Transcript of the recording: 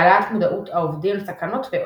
העלאת מודעות העובדים לסכנות ועוד.